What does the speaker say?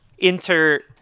enter